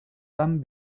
tan